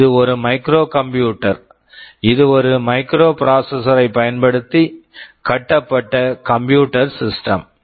இது ஒரு micro computer micro computer இது ஒரு மைக்ரோபிராசஸர்ஸ் microprocessor யைப் பயன்படுத்தி கட்டப்பட்ட கம்ப்யூட்டர் computer சிஸ்டம் system